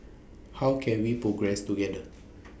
how can we progress together